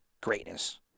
greatness